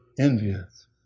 envious